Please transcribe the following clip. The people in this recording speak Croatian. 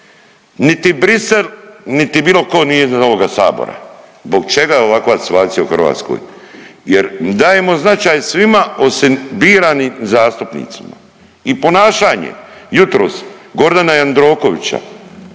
Niti Bruxelles niti bilo ko nije iznad ovoga Sabora. Zbog čega je ovakva situacija u Hrvatskoj? Jer dajemo značaj svima osim biranim zastupnicima. I ponašanje jutros Gordana Jandrokovića